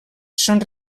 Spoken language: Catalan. són